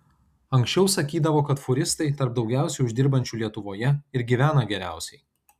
anksčiau sakydavo kad fūristai tarp daugiausiai uždirbančių lietuvoje ir gyvena geriausiai